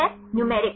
छात्र न्यूमेरिक